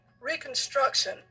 reconstruction